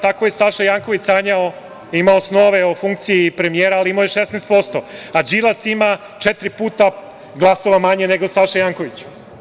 Tako je i Saša Janković imao snove o funkciji premijera, ali imao je 16%, dok Đilas ima četiri puta manje glasova nego Saša Janković.